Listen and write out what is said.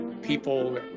People